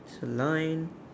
line